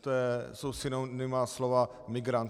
To jsou synonyma slova migrant.